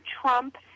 Trump